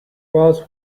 was